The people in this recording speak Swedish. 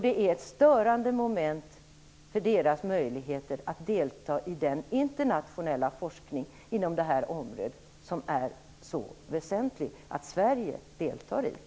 Det är ett störande moment för deras möjligheter att delta i den internationella forskning inom detta område som det är väsentligt att Sverige deltar i.